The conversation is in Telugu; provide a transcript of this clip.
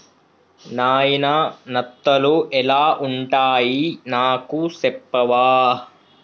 నాయిన నత్తలు ఎలా వుంటాయి నాకు సెప్పవా